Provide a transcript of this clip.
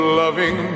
loving